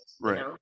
right